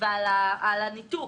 ועל הניתוק,